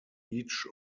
each